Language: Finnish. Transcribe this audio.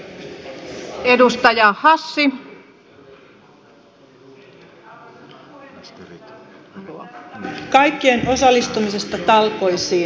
tässä tarvitaan kaikkien osallistumista talkoisiin